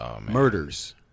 murders